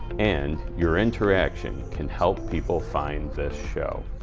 and your interaction can help people find this show.